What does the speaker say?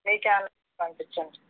మీ క్యాన్లో పంపిచండి